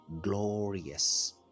glorious